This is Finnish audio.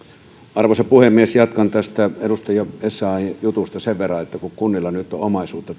arvoisa puhemies jatkan tästä edustaja essayahn jutusta sen verran että kun kun kunnilla tai kuntayhtymillä nyt on omaisuutta